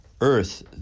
earth